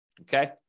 okay